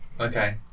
Okay